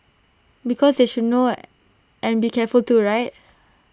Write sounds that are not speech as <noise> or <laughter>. because they should know <noise> and be careful too right